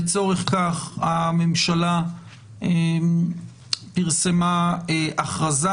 לצורך כך הממשלה פרסמה הכרזה,